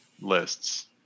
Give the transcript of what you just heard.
lists